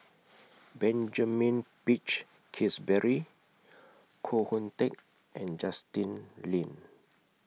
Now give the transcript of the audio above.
Benjamin Peach Keasberry Koh Hoon Teck and Justin Lean